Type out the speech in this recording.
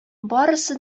барысы